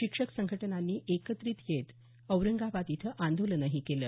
शिक्षक संघटनांनी एकत्रित येत औरंगाबाद इथं आंदोलनही केलं